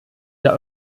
der